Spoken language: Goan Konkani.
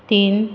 तीन